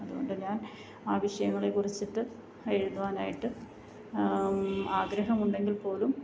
അതുകൊണ്ട് ഞാൻ ആവശ്യങ്ങളെ കുറിച്ചിട്ട് എഴുതുവാനായിട്ട് ആഗ്രഹമുണ്ടെങ്കിൽ പോലും